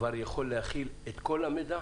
כבר יכול להכיל את כל המידע?